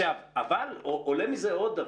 אבל עולה מזה עוד דבר,